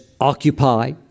Occupy